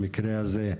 במקרה הזה,